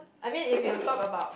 I mean if you talk about